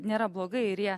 nėra blogai ir jie